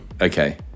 Okay